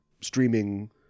streaming